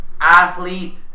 athlete